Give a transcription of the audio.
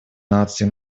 наций